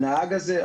הנהג הזה,